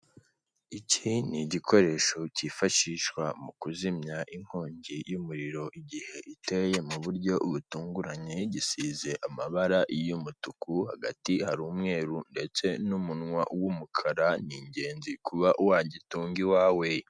Iki ni igikoresho cyifashishwa mu kuzimya inkongi y'umuriro igihe iteye mu buryo butunguranye gisize amabara y'umutuku hagati hari umweru ndetse n'umunwa w'umukara ni ingenzi kuba wagitunga iwawe.